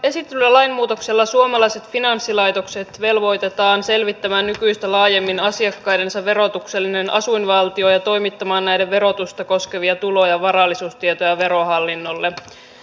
esitetyllä lainmuutoksella suomalaiset finanssilaitokset velvoitetaan selvittämään nykyistä laajemmin asiakkaidensa verotuksellinen asuinvaltio ja toimittamaan näiden verotusta koskevia tulo ja varallisuustietoja verohallinnolle